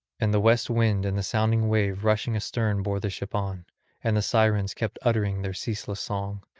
and the west wind and the sounding wave rushing astern bore the ship on and the sirens kept uttering their ceaseless song.